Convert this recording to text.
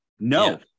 No